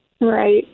right